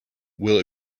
will